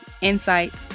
insights